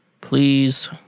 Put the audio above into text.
please